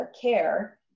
care